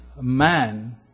man